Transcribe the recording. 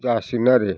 जासिगोन आरो